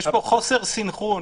יש פה חוסר סנכרון.